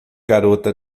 garota